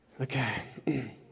Okay